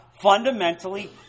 fundamentally